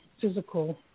physical